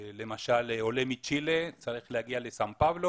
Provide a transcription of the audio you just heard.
למשל עולה מצ'ילה צריך להגיע לסאו פאולו